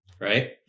right